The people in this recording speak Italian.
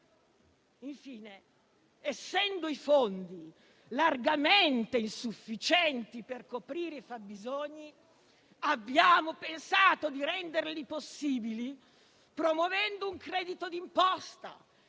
Infine, essendo i fondi largamente insufficienti per coprire i fabbisogni, abbiamo pensato di renderli disponibili promuovendo un credito di imposta,